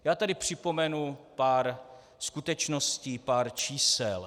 Já tady připomenu pár skutečností, pár čísel.